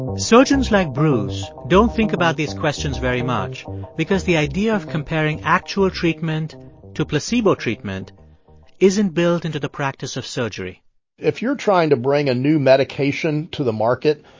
surgeons like bruce don't think about these questions very much because the idea of comparing actual treatment to placebo treatment isn't built into the practice of surgery if you're trying to bring a new medication to the market,